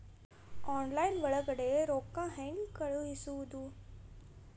Online ಒಳಗಡೆ ರೊಕ್ಕ ಹೆಂಗ್ ಕಳುಹಿಸುವುದು?